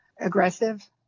aggressive